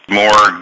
more